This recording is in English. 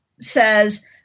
says